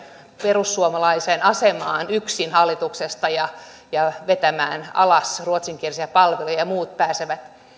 perussuomalaisen asemaan yksin hallituksessa ja ja vetämään alas ruotsinkielisiä palveluja ja että